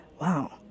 Wow